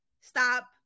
Stop